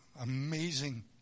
amazing